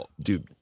dude